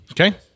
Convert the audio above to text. Okay